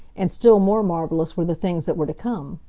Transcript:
and still more marvelous were the things that were to come.